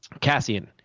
Cassian